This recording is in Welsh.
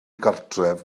gartref